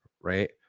Right